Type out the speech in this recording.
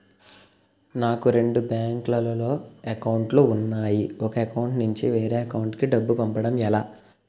నాకు రెండు బ్యాంక్ లో లో అకౌంట్ లు ఉన్నాయి ఒక అకౌంట్ నుంచి వేరే అకౌంట్ కు డబ్బు పంపడం ఎలా?